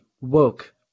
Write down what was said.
woke